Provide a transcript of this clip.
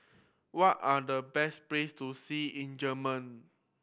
what are the best place to see in Germany